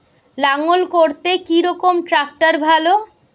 লাঙ্গল করতে কি রকম ট্রাকটার ভালো?